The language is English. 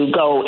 go